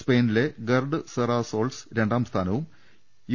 സ്പെയിനിലെ ഗർഡ് സെറാസോൾസ് രണ്ടാം സ്ഥാനവും യു